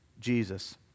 Jesus